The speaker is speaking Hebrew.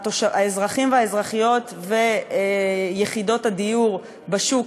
האזרחים והאזרחיות ויחידות הדיור בשוק,